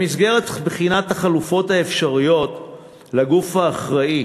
במסגרת בחינת החלופות האפשריות לגוף האחראי